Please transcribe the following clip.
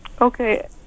Okay